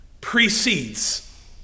precedes